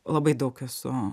labai daug esu